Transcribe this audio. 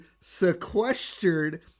sequestered